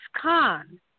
khan